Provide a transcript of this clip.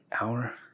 hour